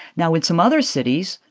now, in some other cities,